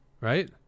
Right